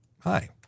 Hi